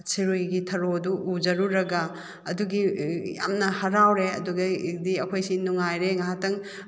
ꯁꯤꯔꯨꯏꯒꯤ ꯊꯔꯣꯗꯨ ꯎꯖꯔꯨꯔꯒ ꯑꯗꯨꯒꯤ ꯌꯥꯝꯅ ꯍꯔꯥꯎꯔꯦ ꯑꯗꯨꯗꯒꯤꯗꯤ ꯑꯩꯈꯣꯏꯁꯦ ꯅꯨꯡꯉꯥꯏꯔꯦ ꯉꯥꯏꯍꯥꯛꯇꯪ